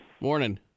Morning